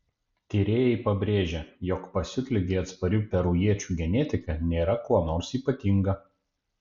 tyrėjai pabrėžia jog pasiutligei atsparių perujiečių genetika nėra kuo nors ypatinga